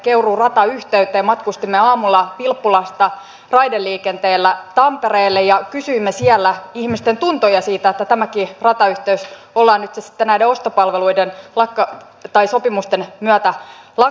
matkustimme aamulla vilppulasta raideliikenteellä tampereelle ja kysyimme siellä ihmisten tuntoja siitä että tämäkin ratayhteys ollaan nyt sitten näiden ostopalveluiden sopimusten myötä lakkauttamassa